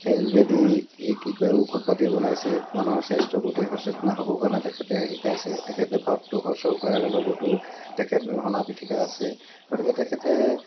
সেই যোগেদি এই কি কয় ঔষধ পাতি বনাইছে মানুহৰ স্বাস্থ্যৰ প্ৰতি সচেতনতা হ'বৰ কাৰণে তেখেতে শিকাইছে তেখেতে ভাৰতবৰ্ষৰ চৰকাৰৰ লগতো তেখেত সনা পিটিকা আছে গতিকে তেখেতে